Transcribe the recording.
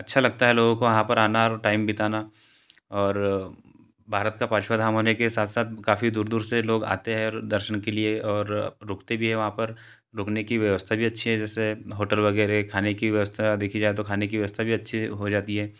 अच्छा लगता है लोगों को वहाँ पर आना और टाइम बिताना और भारत का पाँचवा धाम होने के साथ साथ काफ़ी दूर दूर से लोग आते हैं और दर्शन के लिए और रुकते भी हैं वहाँ पर रुकने की व्यवस्था भी अच्छी है जैसे होटल वगैरह खाने की व्यवस्था देखी जाए तो खाने की व्यवस्था भी अच्छे से हो जाती है